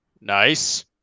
nice